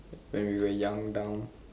when we were young dumb